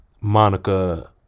monica